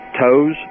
toes